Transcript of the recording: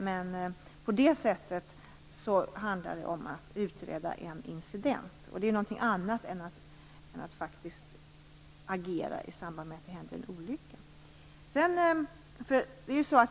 Men det handlar om att utreda en incident, och det är någonting annat än att agera i samband med att det händer en olycka.